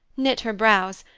knit her brows,